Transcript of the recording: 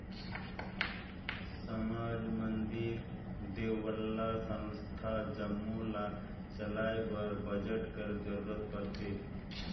समाज, मंदिर, देवल्ला, संस्था जम्मो ल चलाए बर बजट कर जरूरत परथे